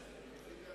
הביטחון.